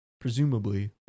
presumably